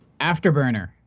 Afterburner